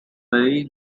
very